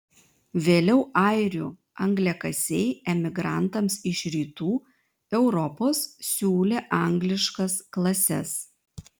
vėliau airių angliakasiai emigrantams iš rytų europos siūlė angliškas klases